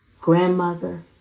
grandmother